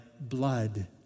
blood